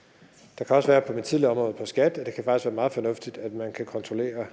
nemlig skatteområdet, kan det også være meget fornuftigt at man kan kontrollere